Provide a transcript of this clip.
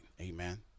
amen